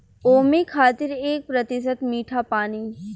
ओमें खातिर एक प्रतिशत मीठा पानी